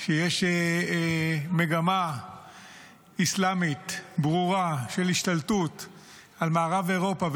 יש היום מגמה אסלאמית ברורה של השתלטות על מערב אירופה,